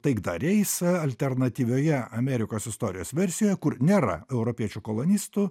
taikdariais alternatyvioje amerikos istorijos versijoje kur nėra europiečių kolonistų